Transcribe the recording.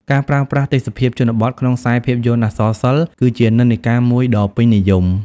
ការប្រើប្រាស់ទេសភាពជនបទក្នុងខ្សែភាពយន្តអក្សរសិល្ប៍ គឺជានិន្នាការមួយដ៏ពេញនិយម។